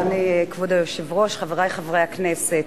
אדוני כבוד היושב-ראש, חברי חברי הכנסת,